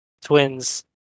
Twins